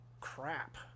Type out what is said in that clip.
crap